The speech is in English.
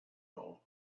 ore